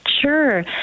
Sure